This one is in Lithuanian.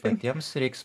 patiems reiks